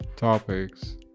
topics